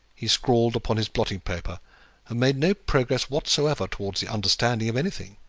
he scrawled upon his blotting-paper, and made no progress whatsoever towards the understanding of anything.